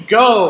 go